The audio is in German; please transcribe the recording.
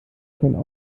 können